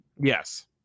yes